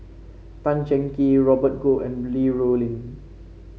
Tan Cheng Kee Robert Goh and Li Rulin